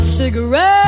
cigarette